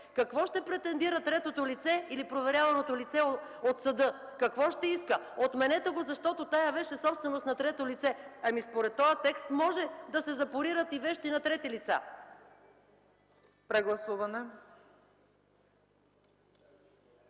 какво ще претендира третото лице или проверяваното лице от съда? Какво ще иска – „Отменете го, защото тази вещ е собственост на трето лице”? Според този текст могат да се запорират и вещи на трети лица. ПРЕДСЕДАТЕЛ